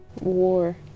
War